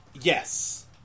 Yes